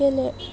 गेले